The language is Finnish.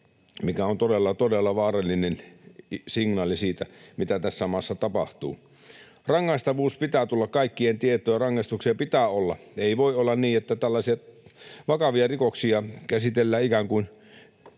todella, todella vaarallinen signaali siitä, mitä tässä maassa tapahtuu. Rangaistavuuden pitää tulla kaikkien tietoon, ja rangaistuksia pitää olla. Ei voi olla niin, että tällaisia vakavia rikoksia käsitellään ikään kuin